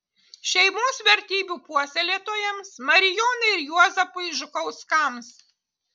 šeimos vertybių puoselėtojams marijonai ir juozapui žukauskams